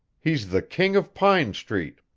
he's the king of pine street.